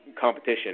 competition